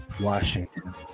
Washington